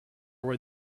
where